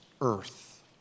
earth